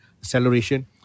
acceleration